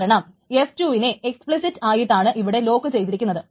കാരണം f2 വിനെ explicit ആയിട്ടാണ് ഇവിടെ ലോക്ക് ചെയ്തിരിക്കുന്നത്